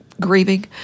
grieving